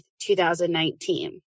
2019